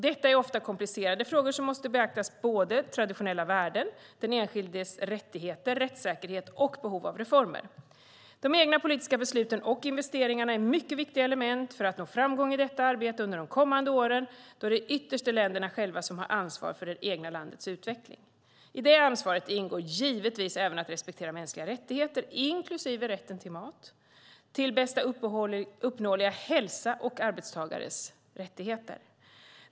Detta är ofta komplicerade frågor som måste beakta traditionella värden, den enskildes rättigheter, rättssäkerhet och behov av reformer. De egna politiska besluten och investeringarna är mycket viktiga element för att nå framgång i detta arbete under de kommande åren, då det ytterst är länderna själva som har ansvar för det egna landets utveckling. I det ansvaret ingår givetvis även att respektera mänskliga rättigheter, inklusive rätten till mat, till bästa uppnåeliga hälsa och arbetstagares rättigheter.